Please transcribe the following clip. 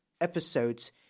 episodes